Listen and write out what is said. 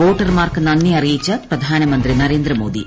വോട്ടർമാർക്ക് നന്ദി അറിയിച്ച് പ്രധാനമന്ത്രി നരേന്ദ്ര മോദി